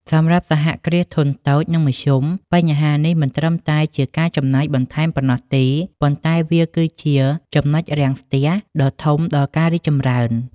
សម្រាប់សហគ្រាសធុនតូច និងមធ្យម បញ្ហានេះមិនត្រឹមតែជាការចំណាយបន្ថែមប៉ុណ្ណោះទេ ប៉ុន្តែវាគឺជា "ចំណុចរាំងស្ទះ" ដ៏ធំដល់ការរីកចម្រើន។